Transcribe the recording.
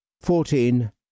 fourteen